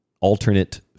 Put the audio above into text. alternate